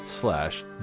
slash